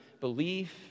belief